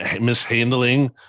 mishandling